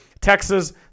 Texas